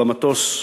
במטוס.